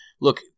look